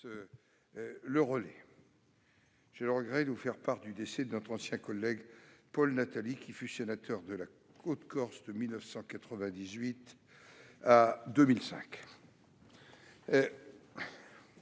cet hommage. J'ai le regret de vous faire part du décès de notre ancien collègue Paul Natali, qui fut sénateur de la Haute-Corse de 1998 à 2005.